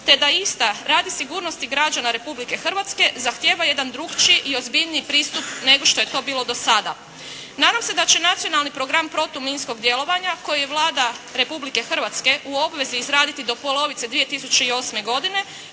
te da ista radi sigurnosti građana Republike Hrvatske zahtijeva jedan drukčiji i ozbiljniji pristup nego što je to bilo do sada. Nadam se da će Nacionalni program protuminskog djelovanja koji je Vlada Republike Hrvatske u obvezi izraditi do polovice 2008., godine